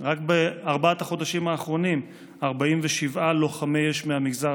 רק בארבעת החודשים האחרונים 47 לוחמי אש מהמגזר